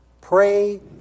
Pray